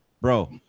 Bro